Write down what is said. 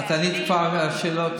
את ענית כבר על שאלות,